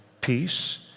peace